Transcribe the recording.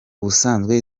ubusanzwe